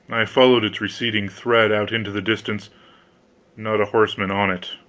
i followed its receding thread out into the distance not a horseman on it,